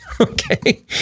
Okay